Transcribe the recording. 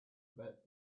about